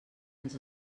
ens